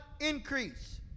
increase